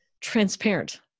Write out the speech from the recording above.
transparent